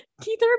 Keith